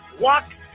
walk